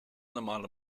normale